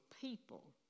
people